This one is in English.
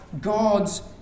God's